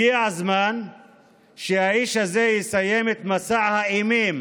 הגיע הזמן שהאיש הזה יסיים את מסע האימים